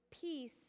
peace